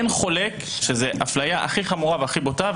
אין חולק שזו אפליה הכי חמורה ובוטה,